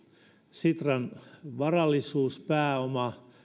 sitran varallisuuspääoma